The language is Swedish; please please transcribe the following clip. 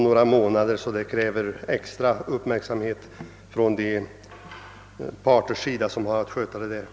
Det krävs därför extra uppmärksamhet av de parter som har att sköta detta arbete.